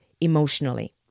emotionally